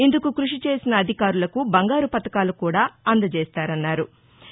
ఇందుకు కృషి చేసిన అధికారులకు బంగారు పతకాలు కూడా అందజేస్తారన్నారు